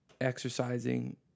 exercising